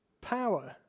power